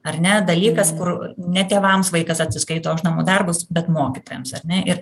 ar ne dalykas kur ne tėvams vaikas atsiskaito už namų darbus bet mokytojams ar ne ir